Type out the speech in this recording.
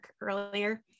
earlier